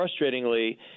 frustratingly